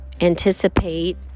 anticipate